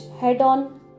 head-on